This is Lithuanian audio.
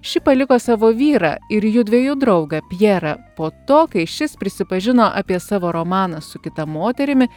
ši paliko savo vyrą ir judviejų draugą pjerą po to kai šis prisipažino apie savo romaną su kita moterimi